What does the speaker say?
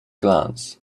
glance